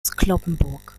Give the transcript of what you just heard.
cloppenburg